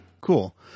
Cool